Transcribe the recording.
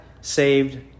saved